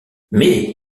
mais